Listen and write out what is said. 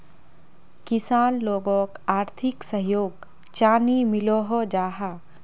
किसान लोगोक आर्थिक सहयोग चाँ नी मिलोहो जाहा?